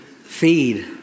Feed